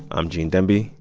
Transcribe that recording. i'm gene demby.